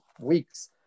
weeks